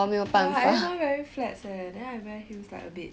but everyone wearing flats leh then I wear heels like a bit